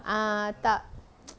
ah tak